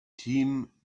tim